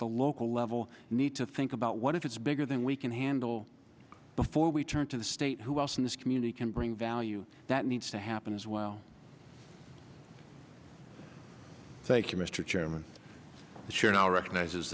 the local level need to think about what if it's bigger than we can handle before we turn to the state who else in this community can bring value that needs to happen as well thank you mr chairman sure now recognizes